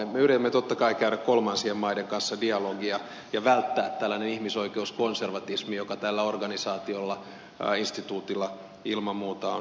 me yritämme totta kai käydä kolmansien maiden kanssa dialogia ja välttää tällaista ihmisoikeuskonservatismia joka tällä organisaatiolla instituutilla ilman muuta on ollut